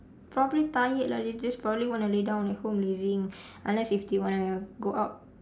probably tired lah they just probably want to lay down at home lazing unless if they want to go out